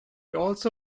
also